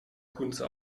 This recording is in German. kunze